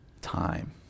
time